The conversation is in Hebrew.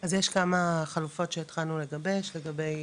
אז יש כמה חלופות שהתחלנו לגבש לגבי